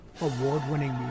award-winning